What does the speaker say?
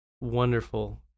Wonderful